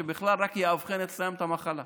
שבכלל רק יאבחנו אצלם את המחלה.